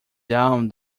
down